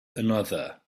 another